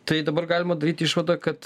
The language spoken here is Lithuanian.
tai dabar galima daryti išvadą kad